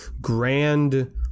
grand